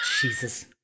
Jesus